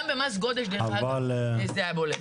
גם במס גודש, דרך אגב, זה היה בולט.